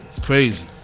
crazy